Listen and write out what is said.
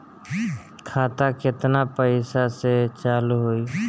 खाता केतना पैसा से चालु होई?